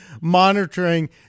monitoring